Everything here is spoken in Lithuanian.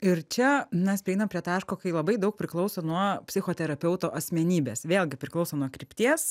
ir čia mes prieinam prie taško kai labai daug priklauso nuo psichoterapeuto asmenybės vėlgi priklauso nuo krypties